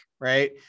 right